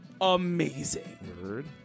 amazing